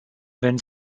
wenn